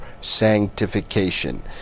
sanctification